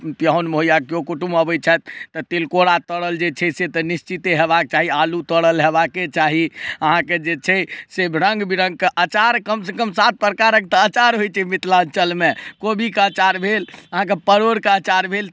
उपनयन हो या कोइ कुटुम्ब अबै छथि तऽ तिलकोरा तरल जे छै से तऽ निश्चिते हेबाके चाही आलू तरल हेबाके चाही अहाँके जे छै से रङ्ग बिरङ्गक अचार कम से कम सात प्रकारके तऽ अचार होइ छै मिथिलाञ्चलमे कोबीक अचार भेल अहाँके परोरक अचार भेल